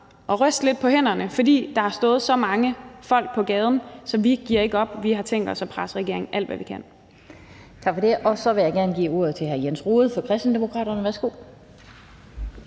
at ryste lidt på hænderne, fordi der har stået så mange folk på gaden, så vi giver ikke op. Vi har tænkt os at presse regeringen alt, hvad vi kan. Kl. 16:02 Den fg. formand (Annette Lind): Tak for det. Så vil jeg gerne give ordet til hr. Jens Rohde fra Kristendemokraterne. Værsgo.